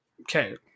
Okay